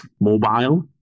mobile